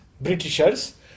Britishers